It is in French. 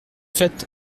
fête